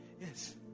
yes